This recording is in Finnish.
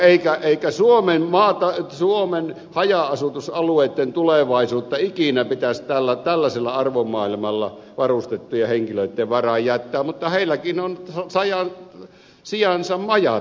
eikä suomen haja asutusalueitten tulevaisuutta ikinä pitäisi tällaisella arvomaailmalla varustettujen henkilöitten varaan jättää mutta heilläkin on sijansa majatalossa